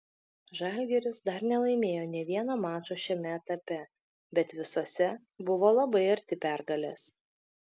žalgiris dar nelaimėjo nė vieno mačo šiame etape bet visuose buvo labai arti pergalės